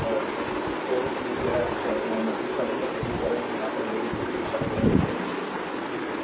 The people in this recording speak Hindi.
सिर्फ तो कि यह है इसका मतलब है कि करंट में आपका विरोधी घड़ी की दिशा में बह रही है